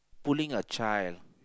pulling a child